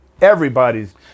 everybody's